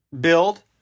build